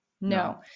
no